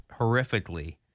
horrifically